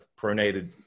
pronated